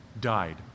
died